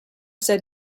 said